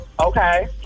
Okay